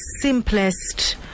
simplest